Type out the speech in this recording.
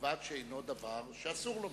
ובלבד שאינו דבר שאסור לומר.